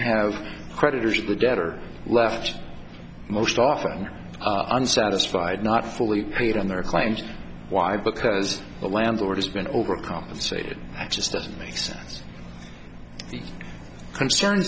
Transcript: have creditors the debtor left most often unsatisfied not fully paid on their claims why because the landlord has been overcompensated just doesn't make sense the concern